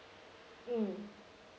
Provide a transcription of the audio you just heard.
mm